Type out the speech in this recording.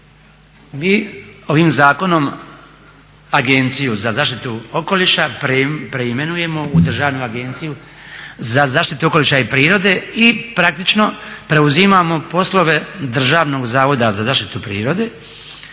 Mi ovim zakonom Agenciju za zaštitu okoliša preimenujemo u Državnu agenciju za zaštitu okoliša i prirode i praktično preuzimamo poslove Državnog zavoda za zaštitu prirode